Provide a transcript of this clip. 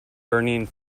burning